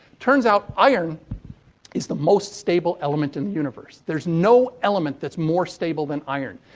turns out iron is the most stable element in the universe. there's no element that's more stable than iron.